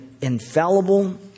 infallible